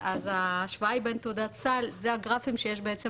אז ההשוואה היא בין תעודת סל, אלו הגרפים שיש בעצם